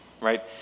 right